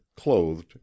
clothed